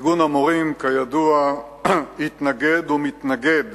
ארגון המורים, כידוע, התנגד ומתנגד